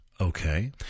Okay